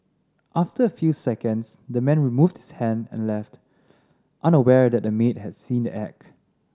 after a few seconds the man removed his hand and left unaware that the maid had seen the act